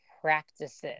practices